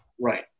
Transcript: right